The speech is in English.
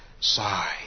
sigh